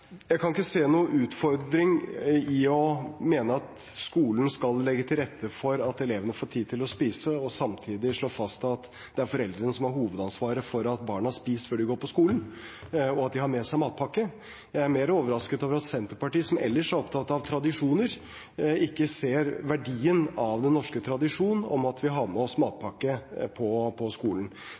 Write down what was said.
Jeg kan ikke se noen utfordring i å mene at skolen skal legge til rette for at elevene får tid til å spise og samtidig slå fast at det er foreldrene som har hovedansvaret for at barna spiser før de går på skolen, og at de har med seg matpakke. Jeg er mer overrasket over at Senterpartiet, som ellers er opptatt av tradisjoner, ikke ser verdien av den norske tradisjonen med at vi har med oss matpakke på skolen.